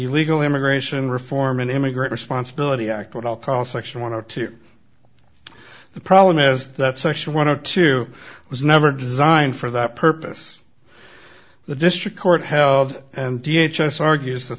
the legal immigration reform in immigrant responsibility act what i'll call section one or two the problem is that section one of two was never designed for that purpose the district court held and v h s argues that